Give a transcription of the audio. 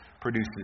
produces